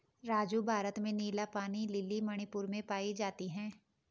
राजू भारत में नीला पानी लिली मणिपुर में पाई जाती हैं